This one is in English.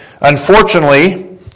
unfortunately